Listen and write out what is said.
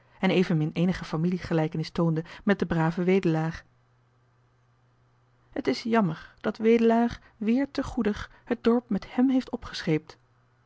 en evenmin eenige familiegelijkenis toonde met den braven wedelaar t is jammer dat wedelaar weer te goedig het dorp met hem heeft opgescheept